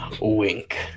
Wink